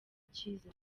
icyiza